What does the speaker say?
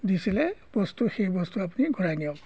দিছিলে বস্তু সেই বস্তু আপুনি ঘূৰাই নিয়ক